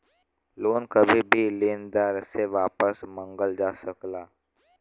loan कभी भी लेनदार से वापस मंगल जा सकला